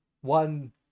one